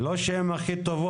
מה הקשר שלך לכשל של הניקוז?